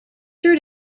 route